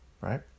right